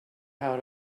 how